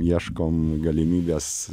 ieškom galimybės